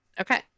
Okay